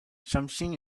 something